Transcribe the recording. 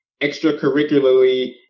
extracurricularly